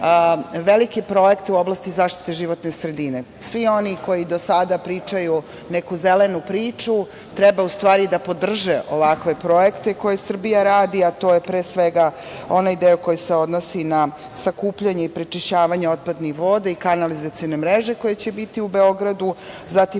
velike projekte u oblasti zaštite životne sredine. Svi oni koji do sada pričaju neku zelenu priču, treba u stvari da podrže ovakve projekte koje Srbija radi, a to je pre svega onaj deo koji se odnosi na sakupljanje i prečišćavanje otpadnih voda i kanalizacione mreže koje će biti u Beogradu, zatim